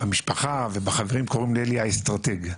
במשפחה ובחברים קוראים לאלי האסטרטג,